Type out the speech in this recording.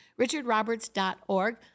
richardroberts.org